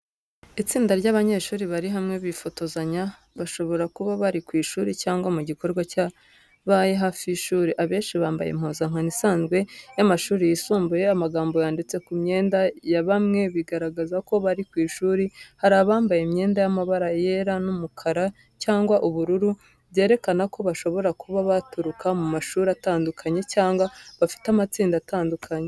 Itsinda ry’abanyeshuri bari hamwe bifotozanya bashobora kuba bari ku ishuri cyangwa mu gikorwa cyabaye hafi y’ishuri. Abenshi bambaye impuzankano isanzwe y’amashuri yisumbuye amagambo yanditse ku myenda ya bamwe bigaragaza ko bari ku ishuri. Hari abambaye imyenda y’amabara yera n’umukara cyangwa ubururu byerekana ko bashobora kuba baturuka mu mashuri atandukanye cyangwa bafite amatsinda atandukanye.